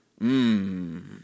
mmm